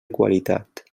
qualitat